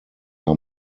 are